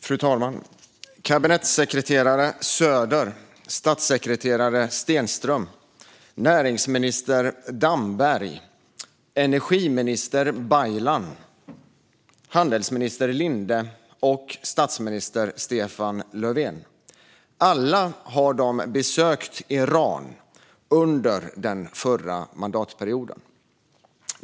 Fru talman! Kabinettssekreterare Söder, statssekreterare Stenström, näringsminister Damberg, energiminister Baylan, handelsminister Linde och statsminister Stefan Löfven - alla besökte de Iran under förra mandatperioden.